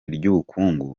ry’ubukungu